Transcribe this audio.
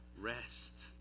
Rest